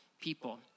people